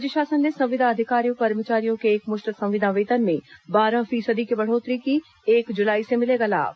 राज्य शासन ने संविदा अधिकारियों कर्मचारियों के एकमुश्त संविदा वेतन ेमें बारह फीसदी की बढ़ोत्तरी की एक जुलाई से मिलेगा लाभ